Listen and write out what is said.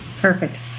Perfect